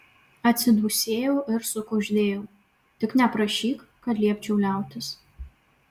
atsidūsėjau ir sukuždėjau tik neprašyk kad liepčiau liautis